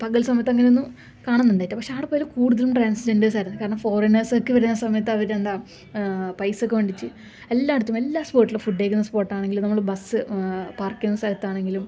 പകല് സമയത്ത് അങ്ങനൊന്നും കാണുന്നുണ്ടായില്ല പക്ഷെ അവിടെ പോയിട്ട് കൂടുതലും ട്രാന്സ് ജെന്ഡേഴ്സ് ആയിരുന്നു കാരണം ഫോറിനേഴ്സ് ഒക്കെ വരുന്ന സമയത്ത് അവരെന്താ പൈസയ്ക്ക് വേണ്ടിയിട്ട് എല്ലായിടത്തും എല്ലാ സ്പോട്ടിലും ഫുഡ് കഴിക്കുന്ന സ്പോട്ട് ആണെങ്കിലും നമ്മള് ബസ് പാര്ക്ക് ചെയ്യുന്ന സ്ഥലത്ത് ആണെങ്കിലും